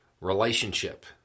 relationship